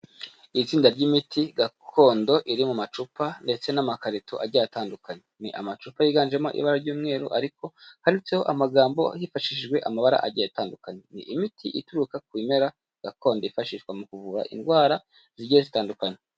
Itsinda ry'imiti gakondo iri mu macupa ndetse n'amakarito agiye atandukanye, ni amacupa yiganjemo ibara ry'umweru ariko handitseho amagambo hifashishijwe amabara agiye atandukanye, ni imiti ituruka ku bimera gakondo yifashishwa mu kuvura indwara zigiye zitandukanye.